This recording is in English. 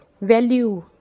Value